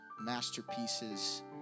masterpieces